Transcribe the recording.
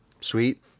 sweet